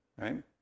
right